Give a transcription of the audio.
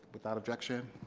without objection.